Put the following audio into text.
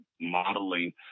modeling